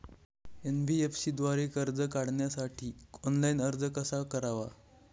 NBFC द्वारे कर्ज काढण्यासाठी ऑनलाइन अर्ज कसा करावा?